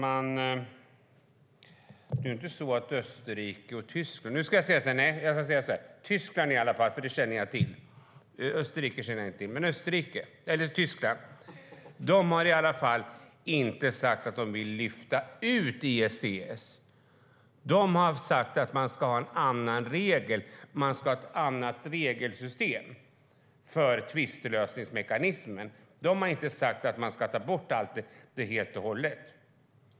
Herr talman! Tyskland som jag känner till - Österrike känner jag inte till - har inte sagt att de vill lyfta ut ISDS. De har sagt att man ska ha ett annat regelsystem för tvistlösningsmekanismen. De har inte sagt att man ska ta bort den helt och hållet.